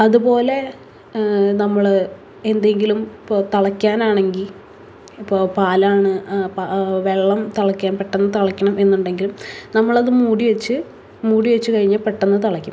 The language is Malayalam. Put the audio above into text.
അതുപോലെ നമ്മൾ എന്തെങ്കിലും പോ തിളക്കാൻ ആണെങ്കിൽ ഇപ്പോൾ പാലാണ് വെള്ളം തിളക്കാൻ പെട്ടന്ന് തിളക്കണം എന്നുണ്ടെങ്കിൽ നമ്മൾ അത് മൂടി വച്ച് മൂടി വച്ച് കഴിഞ്ഞാൽ പെട്ടെന്ന് തിളയ്ക്കും